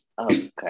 Okay